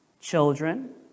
children